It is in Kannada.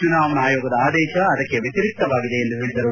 ಚುನಾವಣಾ ಆಯೋಗದ ಆದೇಶ ಅದಕ್ಕೆ ವ್ಯೆತಿರಿಕ್ತವಾಗಿದೆ ಎಂದು ಹೇಳಿದರು